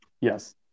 Yes